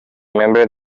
membre